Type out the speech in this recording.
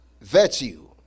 virtue